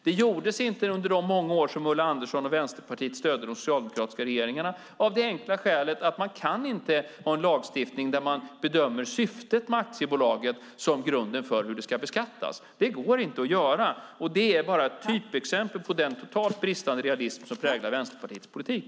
Det gjordes inte under de många år som Ulla Andersson och Vänsterpartiet stödde de socialdemokratiska regeringarna av det enkla skälet att man inte kan ha en lagstiftning där man bedömer syftet med aktiebolaget som grunden för hur det ska beskattas. Det går inte att göra så. Detta är bara ett typexempel på den totalt bristande realism som präglar Vänsterpartiets politik.